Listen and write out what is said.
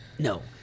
No